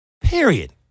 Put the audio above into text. Period